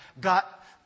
got